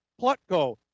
Plutko